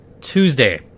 Tuesday